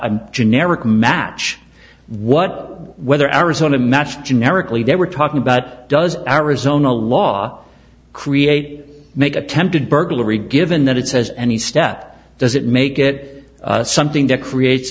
a generic match what whether arizona matched generically that we're talking about does arizona law create make attempted burglary given that it says any step does it make it something that creates